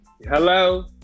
Hello